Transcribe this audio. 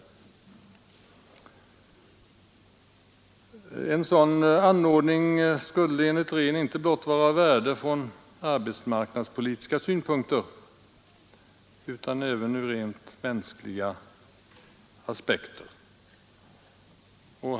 En sådan anordning skulle enligt Rehn vara av värde inte blott från arbetsmarknadspolitiska synpunkter utan även ur rent mänskliga aspekter.